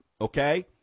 okay